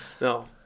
no